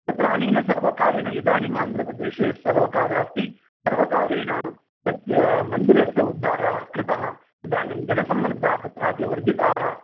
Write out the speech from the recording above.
तत्र अनेन सर्वकारेण इदानीम् आन्ध्रप्रदेशे यः सर्वकारः अस्ति सर्वकारेण तस्य मन्दिरस्य उद्दारः कृतः इदानीं जनसम्मर्दः तत्रापि वर्धिताः